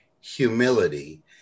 humility